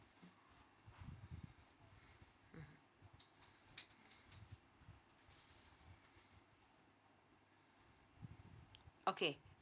mm okay